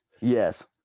yes